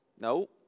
No